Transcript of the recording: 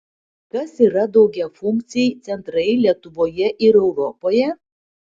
kas yra daugiafunkciai centrai lietuvoje ir europoje